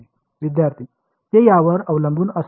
विद्यार्थीः ते यावर अवलंबून असते